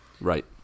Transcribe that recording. Right